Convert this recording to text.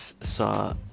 saw